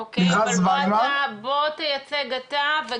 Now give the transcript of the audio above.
אוקיי, אבל תייצג אתה.